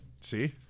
See